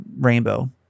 rainbow